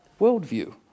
worldview